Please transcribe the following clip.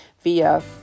via